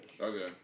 Okay